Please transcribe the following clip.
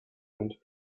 und